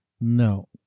No